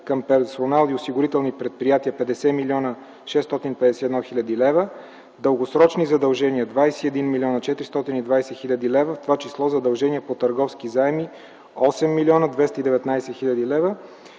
към персонал и осигурителни предприятия – 50 млн. 651 хил. лв., дългосрочни задължения – 21 млн. 420 хил. лв., в това число задължения по търговски заеми – 8 млн. 219 хил. лв.